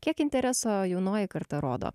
kiek intereso jaunoji karta rodo